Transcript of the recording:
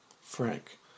Frank